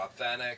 authentic